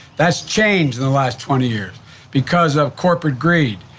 that's changed in the last twenty years because of corporate greed,